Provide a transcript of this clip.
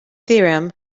theorem